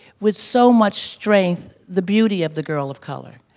with so much strength, the beauty of the girls of color.